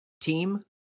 team